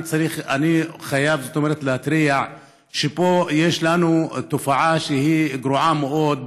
אני חייב להתריע שיש לנו פה תופעה גרועה מאוד,